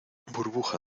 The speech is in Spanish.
burbuja